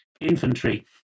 Infantry